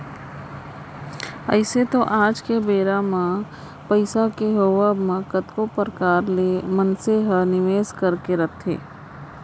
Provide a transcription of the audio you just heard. अइसे तो आज के बेरा म पइसा के होवब म कतको परकार ले मनसे ह निवेस करके रखथे